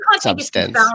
substance